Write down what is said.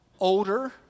Older